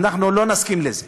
אנחנו לא נסכים לזה.